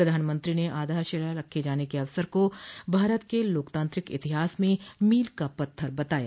प्रधानमंत्री ने आधारशिला रखे जाने के अवसर को भारत के लोकतांत्रिक इतिहास में मील का पत्थर बताया